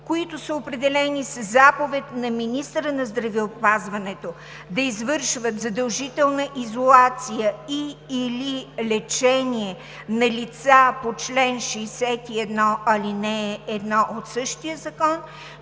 които са определени със заповед на министъра на здравеопазването да извършват задължителна изолация и/или лечение на лица по чл. 61, ал. 1 от същия закон